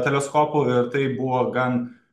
teleskopu ir tai buvo gan